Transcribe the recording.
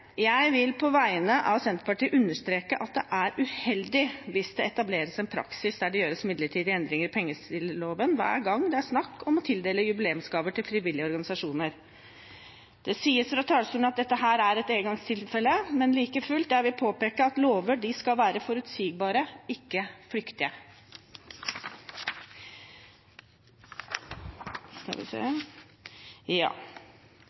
jeg vil på vegne av Senterpartiet understreke at det er uheldig hvis det etableres en praksis der det gjøres midlertidig endring i pengespilloven hver gang det er snakk om å tildele jubileumsgaver til frivillige organisasjoner. Det sies fra talerstolen at dette er et engangstilfelle. Like fullt vil jeg påpeke at lover skal være forutsigbare, ikke flyktige.